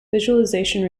visualization